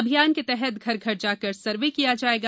अभियान के तहत घर घर जाकर सर्वे किया जायेगा